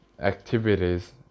activities